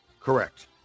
Correct